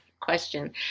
question